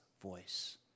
voice